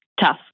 tough